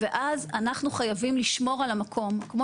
אז אנחנו חייבים לשמור על המקום כמו